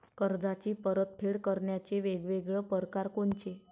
कर्जाची परतफेड करण्याचे वेगवेगळ परकार कोनचे?